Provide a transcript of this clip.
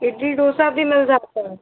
इडली डोसा भी मिल जाता है